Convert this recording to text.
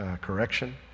correction